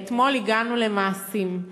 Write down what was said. ואתמול הגענו למעשים.